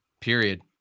period